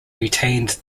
retained